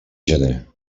gener